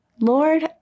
Lord